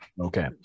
okay